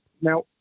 Now